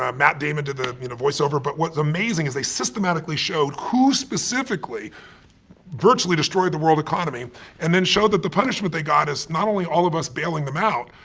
ah matt damon did the voiceover. but what's amazing is they systematically showed who specifically virtually destroyed the world economy and then showed that the punishment they got is not only all of us bailing them out,